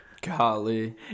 Golly